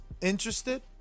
Interested